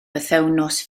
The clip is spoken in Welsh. bythefnos